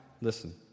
listen